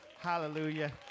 Hallelujah